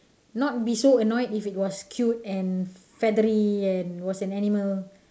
not be so annoyed if it was cute and feathery and was an animal